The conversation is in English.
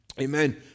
Amen